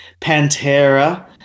Pantera